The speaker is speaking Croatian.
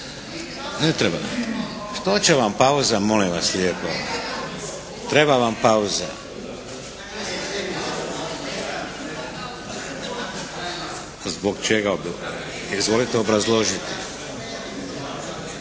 dalje. Što će vam pauza molim vas lijepo? Treba vam pauza? Zbog čega, izvolite obrazložiti.